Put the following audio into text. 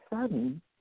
sudden